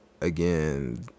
again